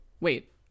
Wait